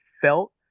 felt